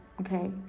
Okay